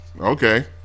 okay